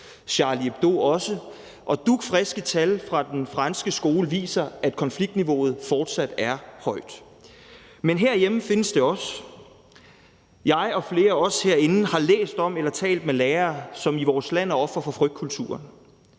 Charlie Hebdo, og dugfriske tal fra de franske skoler viser, at konfliktniveauet fortsat er højt. Men herhjemme findes det også. Jeg og flere af os herinde har læst om eller talt med lærere, som i vores land er ofre for frygtkulturen